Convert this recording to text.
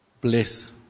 bless